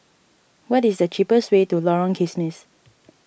what is the cheapest way to Lorong Kismis